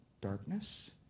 darkness